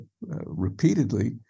repeatedly